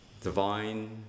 Divine